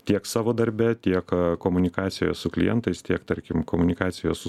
tiek savo darbe tiek komunikacijoje su klientais tiek tarkim komunikacijos su